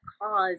cause